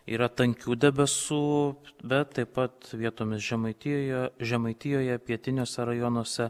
yra tankių debesų bet taip pat vietomis žemaitijoje žemaitijoje pietiniuose rajonuose